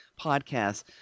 podcasts